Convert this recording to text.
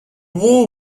war